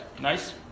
Nice